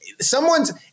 someone's